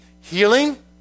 healing